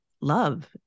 love